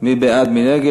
מי בעד, מי נגד?